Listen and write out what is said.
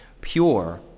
pure